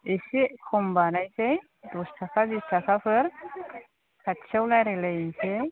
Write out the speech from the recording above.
एसे खम बानायनोसै दस थाखा बिस थाखाफोर खाथियाव रायज्लायलायनोसै